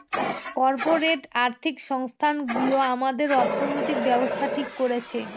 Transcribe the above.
corporate আর্থিক সংস্থানগুলো আমাদের অর্থনৈতিক ব্যাবস্থা ঠিক করছে